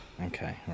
Okay